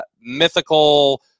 mythical